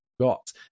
got